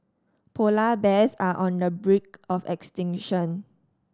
polar bears are on the brink of extinction